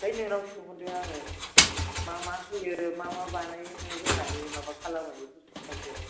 ओंखायनो नोंनावसो सोंहरदों आङो मा मा होयो मा मा बानायो होनानै माबा खालामो बेखौ सोंहरदों